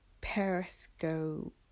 Periscope